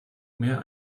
mehr